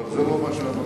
אבל זה לא מה שאמרתי.